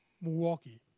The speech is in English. Milwaukee